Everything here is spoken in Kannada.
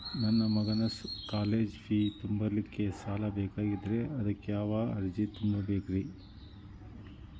ನನ್ನ ಮಗನ ಕಾಲೇಜು ಫೇ ತುಂಬಲಿಕ್ಕೆ ಸಾಲ ಬೇಕಾಗೆದ್ರಿ ಅದಕ್ಯಾವ ಅರ್ಜಿ ತುಂಬೇಕ್ರಿ?